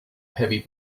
heavy